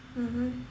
mmhmm